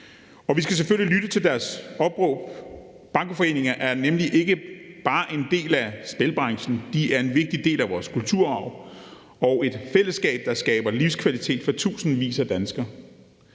Vi skal selvfølgelig lytte til deres opråb. Bankoforeninger er nemlig ikke bare en del af spilbranchen; de er en vigtig del af vores kulturarv og et fællesskab, der skaber livskvalitet for tusindvis af danskere.